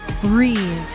Breathe